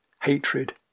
hatred